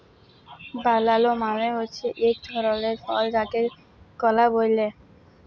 বালালা মালে হছে ইক ধরলের ফল যাকে কলা ব্যলে